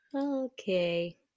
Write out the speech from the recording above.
okay